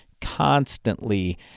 constantly